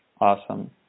Awesome